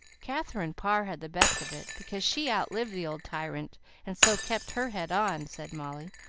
katherine parr had the best of it, because she outlived the old tyrant and so kept her head on, said molly,